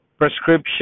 prescription